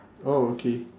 oh okay